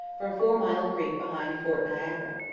from four mile creek behind fort niagara.